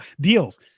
deals